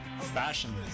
Fashion